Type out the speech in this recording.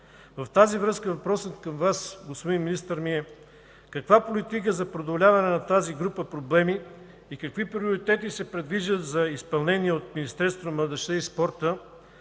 В тази връзка въпросът ми към Вас, господин Министър, е: каква политика за преодоляване на тази група проблеми и какви приоритети се предвиждат за изпълнение от Министерство